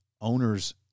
owners